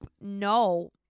no